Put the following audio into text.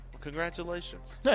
congratulations